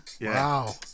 Wow